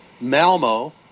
Malmo